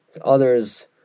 others